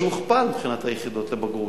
שהוכפל מבחינת היחידות לבגרות,